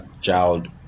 child